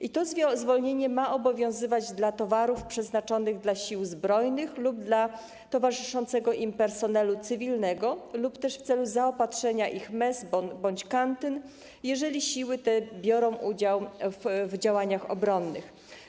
I to zwolnienie ma obowiązywać w przypadku towarów przeznaczonych dla sił zbrojnych lub towarzyszącego im personelu cywilnego lub też w celu zaopatrzenia ich mes bądź kantyn, jeżeli siły te biorą udział w działaniach obronnych.